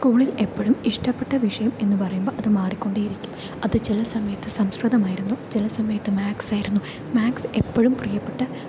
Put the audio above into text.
സ്കൂളിൽ എപ്പോഴും ഇഷ്ടപ്പെട്ട വിഷയം എന്ന് പറയുമ്പോൾ അത് മാറിക്കൊണ്ടേയിരിക്കും അത് ചില സമയത്ത് സംസ്കൃതമായിരുന്നു ചില സമയത്ത് മാത്സ് ആയിരുന്നു മാത്സ് എപ്പോഴും പ്രിയപ്പെട്ട